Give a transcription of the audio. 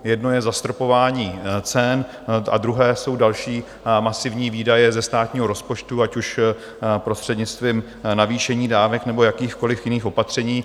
Jedno je zastropování cen a druhé jsou další masivní výdaje ze státního rozpočtu, ať už prostřednictvím navýšení dávek, nebo jakýchkoliv jiných opatření.